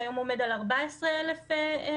שהיום עומד על 14,000 אסירים,